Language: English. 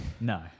No